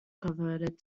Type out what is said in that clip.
converted